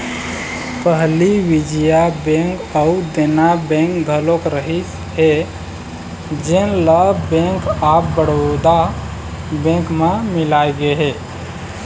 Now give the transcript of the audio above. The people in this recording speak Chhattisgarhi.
पहली विजया बेंक अउ देना बेंक घलोक रहिस हे जेन ल बेंक ऑफ बड़ौदा बेंक म मिलाय गे हे